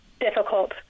difficult